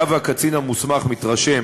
היה והקצין המוסמך מתרשם